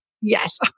yes